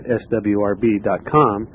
swrb.com